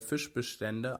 fischbestände